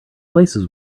places